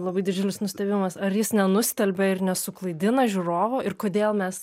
labai didžiulis nustebimas ar jis nenustelbia ir nesuklaidina žiūrovo ir kodėl mes